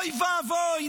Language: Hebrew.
אוי ואבוי,